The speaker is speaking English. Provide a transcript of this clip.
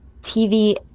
TV